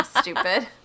stupid